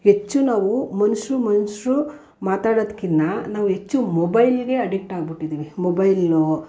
ಹೆಚ್ಚು ನಾವು ಮನುಷ್ರು ಮನುಷ್ರು ಮಾತಾಡೋದಕ್ಕಿಂತ ನಾವು ಹೆಚ್ಚು ಮೊಬೈಲ್ಗೆ ಅಡಿಕ್ಟ್ ಆಗ್ಬಿಟ್ಟಿದ್ದೀವಿ ಮೊಬೈಲು